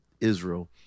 Israel